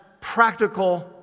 practical